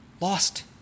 lost